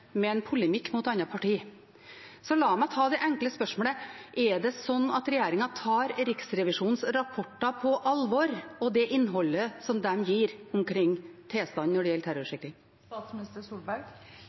med en polemikk mot andre partier. La meg ta det enkle spørsmålet: Er det sånn at regjeringen tar Riksrevisjonens rapporter og innholdet i dem om tilstanden når det gjelder